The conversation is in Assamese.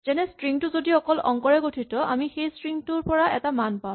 যেনে ষ্ট্ৰিং টো যদি অকল অংকৰে গঠিত আমি সেই ষ্ট্ৰিং টোৰ পৰা এটা মান পাম